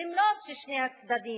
גם אם שני הצדדים